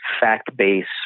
fact-based